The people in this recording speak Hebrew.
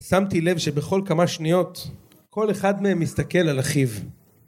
שמתי לב שבכל כמה שניות כל אחד מהם מסתכל על אחיו